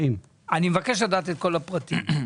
אני מבקש לדעת את כל הפרטים.